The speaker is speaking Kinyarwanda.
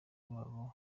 babo